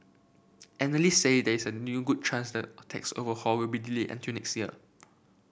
analyst say there is a new good chance the tax overhaul will be delayed until next year